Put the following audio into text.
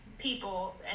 People